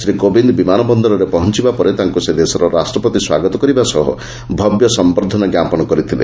ଶ୍ରୀ କୋବିନ୍ଦ ବିମାନବନ୍ଦରରେ ପହଞ୍ଚବା ପରେ ତାଙ୍କୁ ସେ ଦେଶର ରାଷ୍ଟ୍ରପତି ସ୍ୱାଗତ କରିବା ସହ ଭବ୍ୟ ସମ୍ଭର୍ଦ୍ଧନା ଜ୍ଞାପନ କରିଥିଲେ